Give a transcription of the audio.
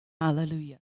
Hallelujah